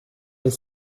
elle